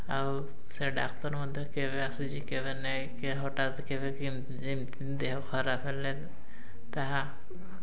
ଆଉ ସେ ଡ଼ାକ୍ତର ମଧ୍ୟ କେବେ ଆସୁଛି କେବେ ନାଇଁ କି ହଠାତ୍ କେବେ ଯେମିତି ଦେହ ଖରାପ ହେଲେ ତାହା